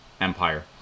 empire